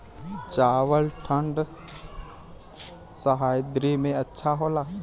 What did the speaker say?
चावल ठंढ सह्याद्री में अच्छा होला का?